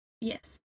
Yes